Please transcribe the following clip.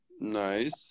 Nice